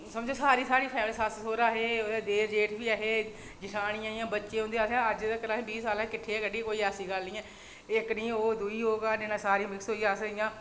समझो सारी साढ़ी फैमिली इक साढ़े सस्स सौहरा हे होर देर जेठ बी ऐहे जेठानियां बच्चे उं'दे अज्ज तक्कर असें बीह् साल किट्ठे गै कड्ढी कोई ऐसी गल्ल निं ऐ इक निं होग दूई होग घर नेईं तां अस मिक्स होइयै